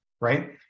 Right